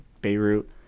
Beirut